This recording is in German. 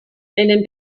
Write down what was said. einen